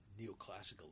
neoclassical